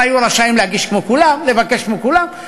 הם היו רשאים להגיש כמו כולם, לבקש כמו כולם.